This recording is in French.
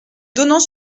donnant